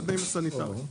ותנאים סניטריים.